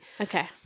Okay